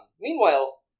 Meanwhile